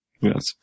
Yes